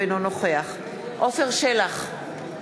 אינו נוכח עפר שלח,